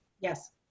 Yes